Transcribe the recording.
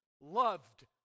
loved